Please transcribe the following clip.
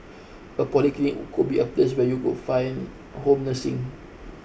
a polyclinic could be a place where you could find N home nursing